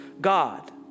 God